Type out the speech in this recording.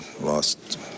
lost